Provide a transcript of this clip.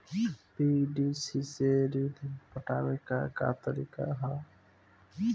PDC से ऋण पटावे के का तरीका ह?